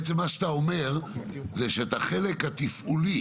בעצם מה שאתה אומר זה שאת החלק התפעולי